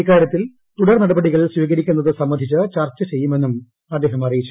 ഇക്കാരൃത്തിൽ തുടർനടപടികൾ സ്വീകരിക്കുന്നത് സംബന്ധിച്ച് ചർച്ച ചെയ്യുമെന്നും അദ്ദേഹം അറിയിച്ചു